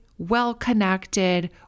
well-connected